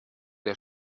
der